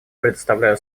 предоставляю